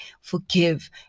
forgive